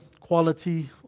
quality